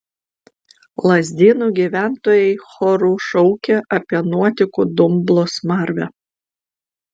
lazdynų gyventojai choru šaukė apie nuotekų dumblo smarvę